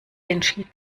entschied